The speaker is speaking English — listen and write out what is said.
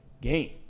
game